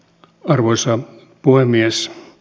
arvoisa puhemies